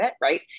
right